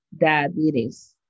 diabetes